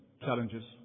challenges